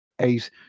eight